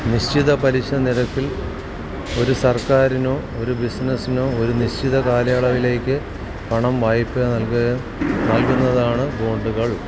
നിശ്ചിത പലിശനിരക്കിൽ ഒരു സര്ക്കാരിനോ ഒരു ബിസിനസ്സിനോ ഒരു നിശ്ചിത കാലയളവിലേക്ക് പണം വായ്പ നൽകുക നൽകുന്നതാണ് ബോണ്ടുകൾ